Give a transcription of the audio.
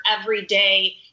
everyday